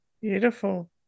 Beautiful